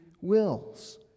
wills